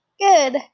Good